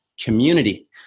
community